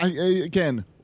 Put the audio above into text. again